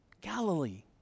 Galilee